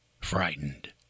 frightened